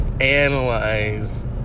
analyze